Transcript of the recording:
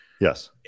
yes